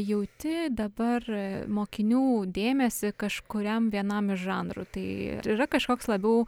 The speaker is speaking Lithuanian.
jauti dabar mokinių dėmesį kažkuriam vienam iš žanrų tai ar yra kažkoks labiau